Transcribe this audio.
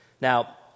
Now